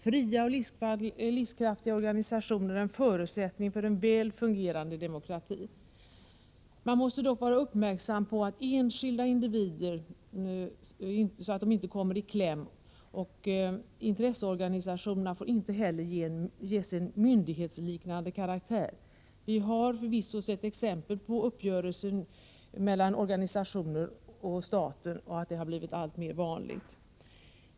Fria och livskraftiga organisationer är en förutsättning för en väl fungerande demokrati. Man måste dock vara uppmärksam, så att enskilda individer inte kommer i kläm, och intresseorganisationerna får inte heller ges myndighetsliknande karaktär. Vi har förvisso sett exempel på att uppgörelser mellan organisationer och staten blivit alltmer vanliga.